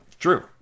true